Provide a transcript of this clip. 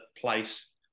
place